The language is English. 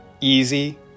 easy